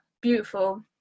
beautiful